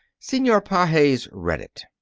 senor pages read it.